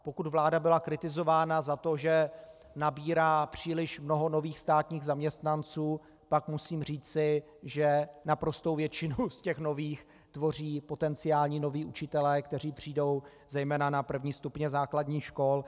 Pokud vláda byla kritizována za to, že nabírá příliš mnoho nových státních zaměstnanců, pak musím říci, že naprostou většinu z těch nových tvoří potenciální noví učitelé, kteří přijdou zejména na první stupně základních škol.